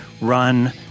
run